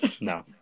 No